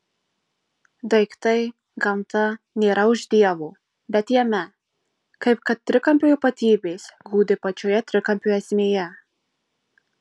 daiktai gamta nėra už dievo bet jame kaip kad trikampio ypatybės glūdi pačioje trikampio esmėje